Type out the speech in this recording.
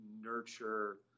nurture